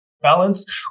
balance